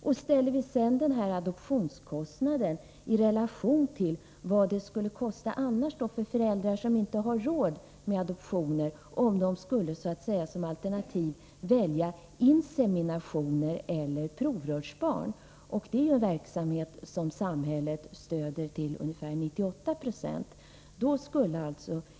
Vi kan sedan ställa adoptionskostnaden i relation till vad det skulle kosta annars för föräldrar som inte har råd med adoptioner — om de som alternativ skulle välja insemination eller provrörsbarn. Det är en verksamhet som samhället stöder till ungefär 98 96.